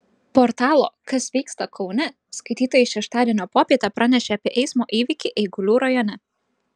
portalo kas vyksta kaune skaitytojai šeštadienio popietę pranešė apie eismo įvykį eigulių rajone